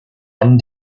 one